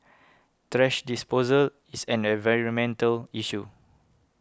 thrash disposal is an environmental issue